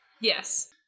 Yes